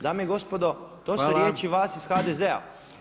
Dame i gospodo, to su riječi vas iz HDZ-a.